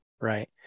right